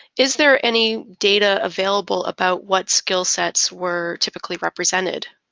is there any data available about what skill sets were typically represented?